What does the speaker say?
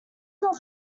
not